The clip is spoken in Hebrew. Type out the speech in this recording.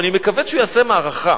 ואני מקווה שהוא יעשה מערכה.